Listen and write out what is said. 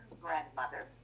grandmother